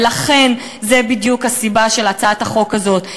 וזאת בדיוק הסיבה להצעת החוק הזאת.